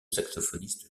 saxophoniste